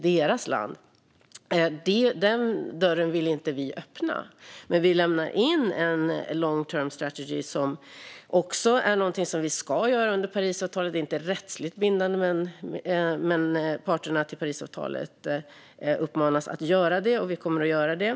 Den dörren vill inte vi öppna. Vi lämnar dock in en long-term strategy. Detta är någonting som vi ska göra enligt Parisavtalet, även om det inte är rättsligt bindande. Parterna i Parisavtalet uppmanas dock att göra det, och vi kommer att göra det.